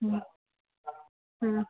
ह्म् ह्म्